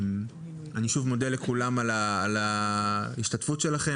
אני מודה לכולם על ההשתתפות שלכם